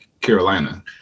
Carolina